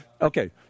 Okay